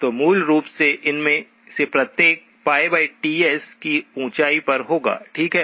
तो मूल रूप से इनमें से प्रत्येक πTs की ऊंचाई पर होगा ठीक है